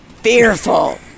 fearful